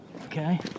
Okay